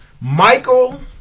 Michael